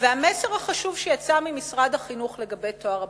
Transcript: והמסר החשוב שיצא ממשרד החינוך לגבי טוהר הבחינות,